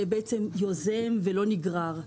שיוזם ולא נגרר.